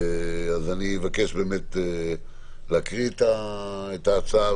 אני אבקש להקריא את ההצעה,